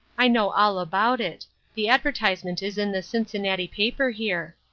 i know all about it the advertisement is in the cincinnati paper here.